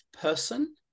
person